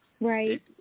right